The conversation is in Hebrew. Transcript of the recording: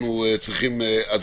החוקה,